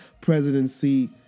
presidency